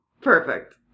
perfect